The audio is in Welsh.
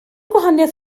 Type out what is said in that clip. gwahaniaeth